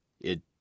It